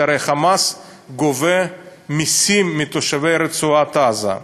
הרי ה"חמאס" גובה מסים מתושבי רצועת-עזה.